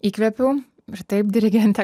įkvėpiau ir taip dirigente